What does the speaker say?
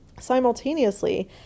simultaneously